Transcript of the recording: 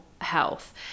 health